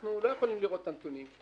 ואנחנו לא יכולים לראות את הנתונים.